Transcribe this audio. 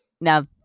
Now